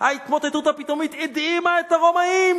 הפתאומית הדהימה את הרומאים